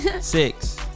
Six